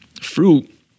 fruit